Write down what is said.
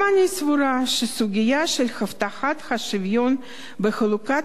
גם אני סבורה שהסוגיה של הבטחת השוויון בחלוקת